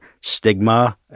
Stigma